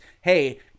hey